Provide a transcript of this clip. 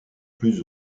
plus